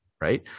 right